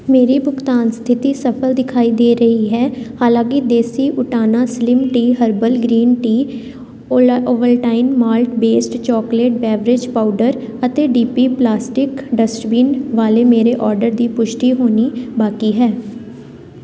ਮੇਰੀ ਭੁਗਤਾਨ ਸਥਿਤੀ ਸਫਲ ਦਿਖਾਈ ਦੇ ਰਹੀ ਹੈ ਹਾਲਾਂਕਿ ਦੇਸੀ ਊਟਾਨਾ slim tea herbal green tea ਔਲਾ Ovaltine malt based chocolate beverage powder ਅਤੇ ਡੀ ਪੀ ਪਲਾਸਟਿਕ ਡਸਟਬਿਨ ਵਾਲੇ ਮੇਰੇ ਔਡਰ ਦੀ ਪੁਸ਼ਟੀ ਹੋਣੀ ਬਾਕੀ ਹੈ